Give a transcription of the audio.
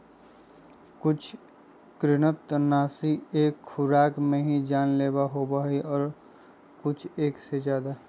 कुछ कृन्तकनाशी एक खुराक में ही जानलेवा होबा हई और कुछ एक से ज्यादा